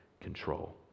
control